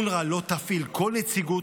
אונר"א לא תפעיל כל נציגות,